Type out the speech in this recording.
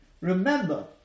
Remember